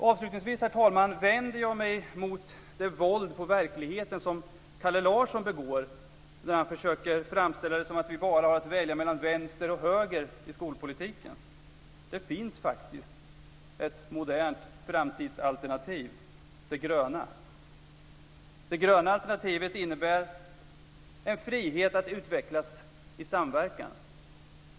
Avslutningsvis, herr talman, vänder jag mig mot det våld på verkligheten som Kalle Larsson begår när han försöker framställa det som att vi bara har att välja mellan vänster och höger i skolpolitiken. Det finns faktiskt ett modernt framtidsalternativ, det gröna. Det gröna alternativet innebär en frihet att utvecklas i samverkan.